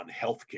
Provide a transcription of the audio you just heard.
healthcare